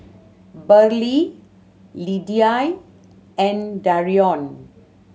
Brylee Lidie and Darrion